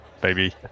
baby